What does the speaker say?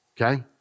okay